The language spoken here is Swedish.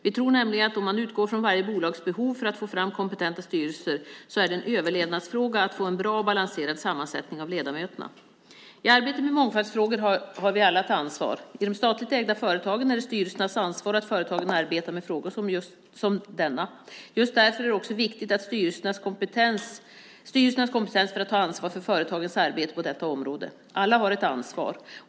Vi tror nämligen att om man utgår från varje bolags behov att få fram kompetenta styrelser så är det en överlevnadsfråga att få en bra och balanserad sammansättning av ledamöterna. I arbetet med mångfaldsfrågor har vi alla ett ansvar. I de statligt ägda företagen är det styrelsernas ansvar att företagen arbetar med frågor som denna. Just därför är det också viktigt att styrelserna har kompetens för att ta ansvar för företagens arbete på detta område. Alla har ett ansvar.